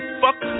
fuck